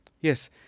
Yes